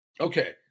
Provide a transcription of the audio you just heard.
Okay